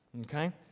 Okay